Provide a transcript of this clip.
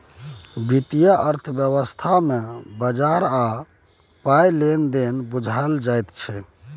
वित्तीय अर्थशास्त्र मे बजार आ पायक लेन देन बुझाओल जाइत छै